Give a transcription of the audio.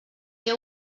què